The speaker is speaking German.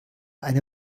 eine